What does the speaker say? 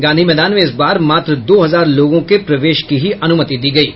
गांधी मैदान में इस बार मात्र दो हजार लोगों के प्रवेश की ही अनुमति दी गयी है